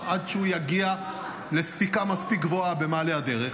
עד שהוא יגיע לספיקה מספיק גבוהה במעלה הדרך,